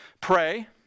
pray